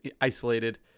isolated